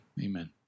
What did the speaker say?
Amen